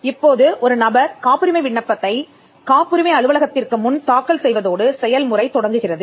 இப்போது ஒரு நபர் காப்புரிமை விண்ணப்பத்தை காப்புரிமை அலுவலகத்திற்கு முன் தாக்கல் செய்வதோடு செயல்முறை தொடங்குகிறது